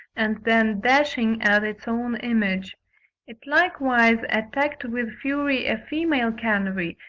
and then dashing at its own image it likewise attacked with fury a female canary,